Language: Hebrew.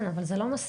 כן, אבל זה לא מספיק.